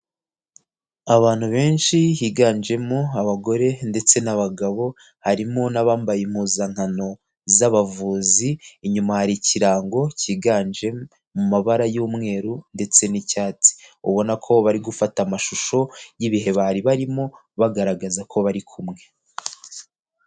Abantu benshi higanjemo abagore ndetse n'abagabo, harimo n'abambaye impuzankano z'abavuzi inyuma hari ikirango kiganje mu mabara y'umweru ndetse n'icyatsi, ubona ko bari gufata amashusho y'ibihe bari barimo bagaragaza ko bari kumwe.